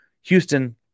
Houston